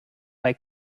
bei